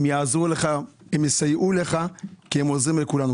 הם יעזרו לך ויסייעו לך כי הם עוזרים לכולם.